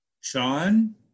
Sean